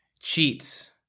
cheats